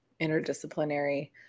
interdisciplinary